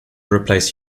replace